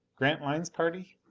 grantline's party?